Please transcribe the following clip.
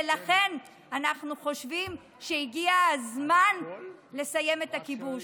ולכן אנחנו חושבים שהגיע הזמן לסיים את הכיבוש.